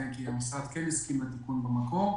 כי המשרד כן הסכים לתיקון במקור.